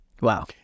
Wow